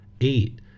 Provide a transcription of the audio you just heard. eight